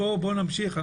בואו נמשיך.